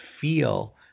feel